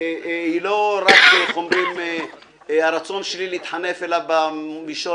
היא לא רק הרצון שלי להתחנף אליו במישור